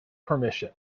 permission